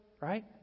Right